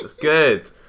good